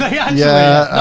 ah yeah yeah.